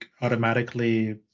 automatically